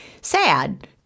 sad